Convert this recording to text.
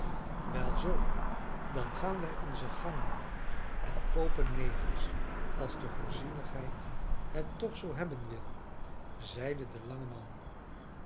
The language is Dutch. wel zoo dan gaan wij onzen gang maar en koopen negers als de voorzienigheid het toch zoo hebben wil zeide de lange man